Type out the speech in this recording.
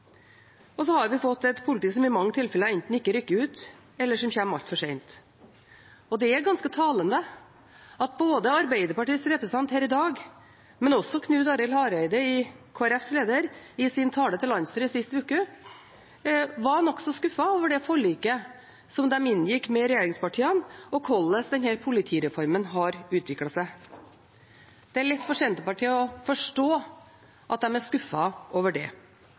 innbyggere. Så har vi fått et politi som i mange tilfeller enten ikke rykker ut, eller som kommer altfor sent. Det er ganske talende at både Arbeiderpartiets representant her i dag og Knut Arild Hareide, Kristelig Folkepartis leder, i sin tale til landsstyret sist uke var nokså skuffet over det forliket som de inngikk med regjeringspartiene om hvordan denne politireformen har utviklet seg. Det er lett for Senterpartiet å forstå at de er skuffet over det.